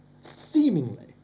seemingly